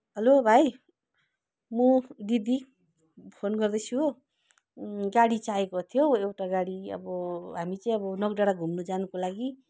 hello भाइ म दिदी फोन गर्दैछु हो गाडी चाहिएको थियो हौ एउटा गाडी अब हामी चाहिँ अब नोकडाँडा घुम्नु जानुको लागि